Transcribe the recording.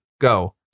Go